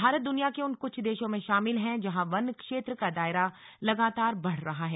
भारत दुनिया के उन कुछ देशों में शामिल हैं जहां वन क्षेत्र का दायरा लगातार बढ़ रहा है